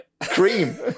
cream